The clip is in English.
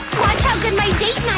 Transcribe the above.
watch how good my date and